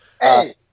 Hey